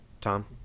Tom